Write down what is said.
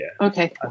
okay